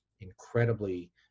incredibly